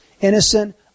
innocent